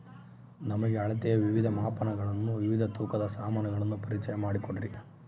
ನಮಗೆ ಅಳತೆಯ ವಿವಿಧ ಮಾಪನಗಳನ್ನು ವಿವಿಧ ತೂಕದ ಸಾಮಾನುಗಳನ್ನು ಪರಿಚಯ ಮಾಡಿಕೊಡ್ರಿ?